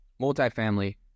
multifamily